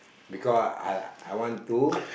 because I I I want to